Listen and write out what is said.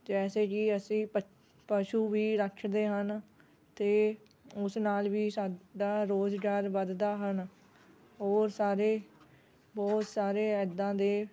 ਜੈਸੇ ਕਿ ਅਸੀਂ ਪ ਪਸ਼ੂ ਵੀ ਰੱਖਦੇ ਹਨ ਅਤੇ ਉਸ ਨਾਲ ਵੀ ਸਾਡਾ ਰੁਜ਼ਗਾਰ ਵਧਦਾ ਹਨ ਔਰ ਸਾਰੇ ਬਹੁਤ ਸਾਰੇ ਇੱਦਾਂ ਦੇ